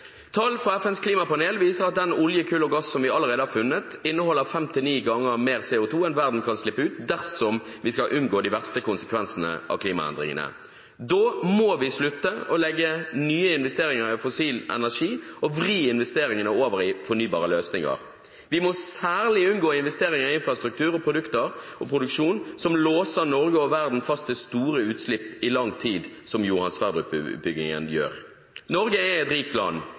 Tall fra FNs klimapanel viser at den olje, kull og gass som vi allerede har funnet, inneholder fem til ni ganger mer CO2 enn verden kan slippe ut dersom vi skal unngå de verste konsekvensene av klimaendringene. Da må vi slutte å legge nye investeringer i fossil energi og vri investeringene over i fornybare løsninger. Vi må særlig unngå investeringer i infrastruktur og produkter og produksjon som låser Norge og verden fast til store utslipp i lang tid, som Johan Sverdrup-utbyggingen gjør. Norge er et rikt land.